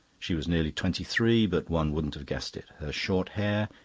she was nearly twenty-three, but one wouldn't have guessed it. her short hair,